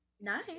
Nice